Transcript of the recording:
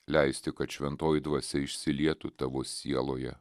leisti kad šventoji dvasia išsilietų tavo sieloje